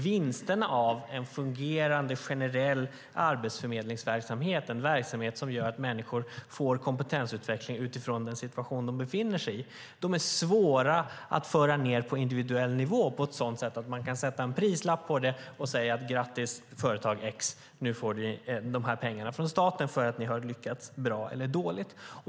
Vinsterna av en fungerande generell arbetsförmedlingsverksamhet som gör att människor får kompetensutveckling utifrån den situation som de befinner sig i är alltså svåra att föra ned på individuell nivå så att man kan sätta en prislapp på dem och säga: Grattis, företag X, nu får ni de här pengarna från staten för att ni har lyckats bra eller dåligt.